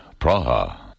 Praha